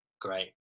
great